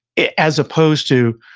as opposed to,